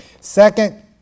Second